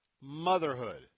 motherhood